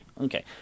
Okay